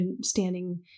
standing